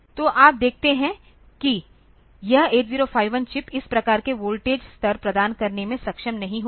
तो आप देखते हैं कि यह 8051 चिप इस प्रकार के वोल्टेज स्तर प्रदान करने में सक्षम नहीं होगा